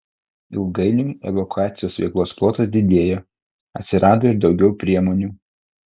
ilgainiui evakuacijos veiklos plotas didėjo atsirado ir daugiau priemonių